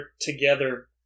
together